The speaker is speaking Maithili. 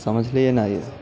समझलियै ने